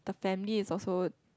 the family is also